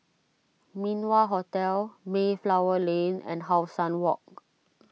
Min Wah Hotel Mayflower Lane and How Sun Walk